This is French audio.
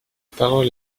parole